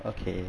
okay